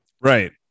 right